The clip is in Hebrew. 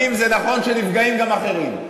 זה נכון שלפעמים נפגעים גם אחרים.